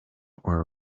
were